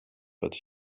but